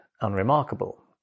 unremarkable